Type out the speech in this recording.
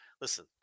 Listen